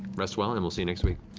rest well, and we'll see you next week.